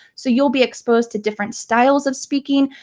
so you'll be exposed to different styles of speaking,